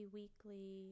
weekly